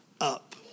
up